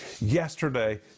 yesterday